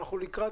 אנחנו מברכים